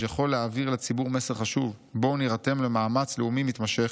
יכול להעביר לציבור מסר חשוב: בואו נירתם למאמץ לאומי מתמשך,